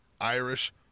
irish